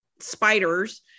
spiders